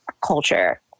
culture